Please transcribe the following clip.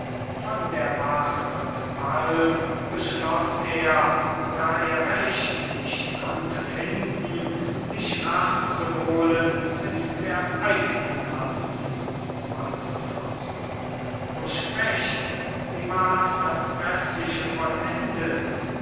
von der wart und palm beschloss er da er recht nicht konnte finden sich rach zu holen mit der eignen hand walther fürst o sprecht wie ward das grässliche vollendet